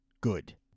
Good